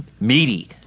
meaty